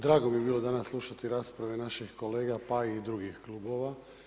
Drago mi je bilo danas slušati raspravu naših kolega pa i od drugih klubova.